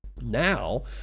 Now